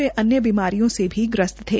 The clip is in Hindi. वे अन्य बीमारियों से भी ग्रस्त थे